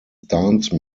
dance